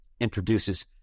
introduces